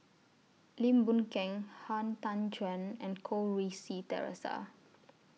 Lim Boon Keng Han Tan Juan and Goh Rui Si Theresa